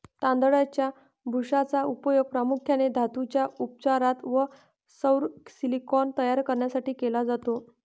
तांदळाच्या भुशाचा उपयोग प्रामुख्याने धातूंच्या उपचारात व सौर सिलिकॉन तयार करण्यासाठी केला जातो